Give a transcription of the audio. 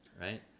right